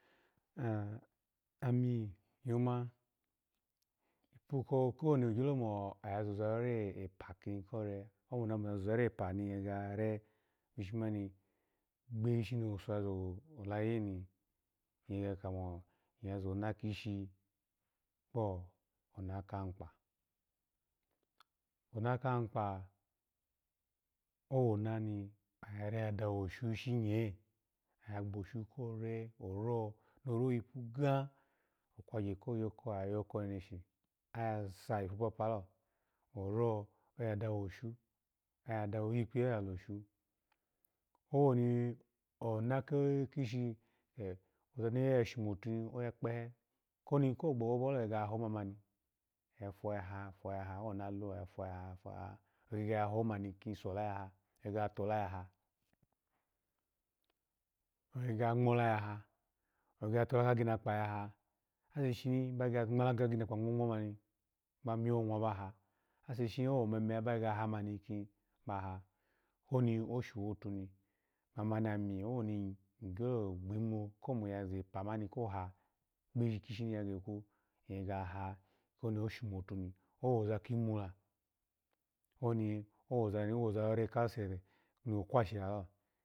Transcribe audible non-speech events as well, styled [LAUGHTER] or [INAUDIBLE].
[HESITATION] ami yoma oko owoni iya zozarore epa ni ya gege ya re gbishi owuso ya zora yi he ni kwo owushosho hini ya zona kishin kpo ona ka akpa, ona ka akpa owona ni ya re yipu gan oya dawoshu ishi ye oro ore yipu gan okwagye koyoko oya yoko neneshi oyasa ipu papalo oro oya dawo oshun oya yikpiyeho yalo shan owoni ona ki- kishi ke oza ni yo shomotuni ya kpehe koni kwo gbobo bolo oya re mamani oyafoyaha fiyah owo nolu oya gege ya sola ya ha. Oya tola ka ginakpa ya a, ase shishini ba gege ngmala kakinakpa ngwangwa bamiyo nwa baha ase shishi owo meme able gege ba ha koni oshowotuni mamani ami awoni igbimu ko zepa mani ko ha gishini iya kekwu owozarore kawe kwashiha.